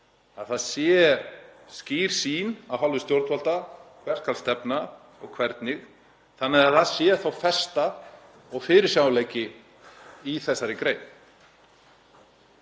að það sé skýr sýn af hálfu stjórnvalda hvert skal stefna og hvernig, þannig að það sé festa og fyrirsjáanleiki í þessari grein.